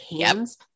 hands